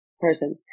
person